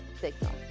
Signal